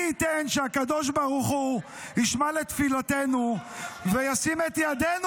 מי ייתן שהקדוש ברוך יישמע לתפילותינו וישים את ידנו